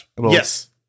yes